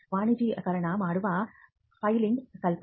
ವಾಣಿಜ್ಯೀಕರಣ ಮಾಡುವುದು ಫೈಲಿಂಗ್ ಕಲ್ಪನೆ